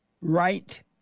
right